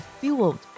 fueled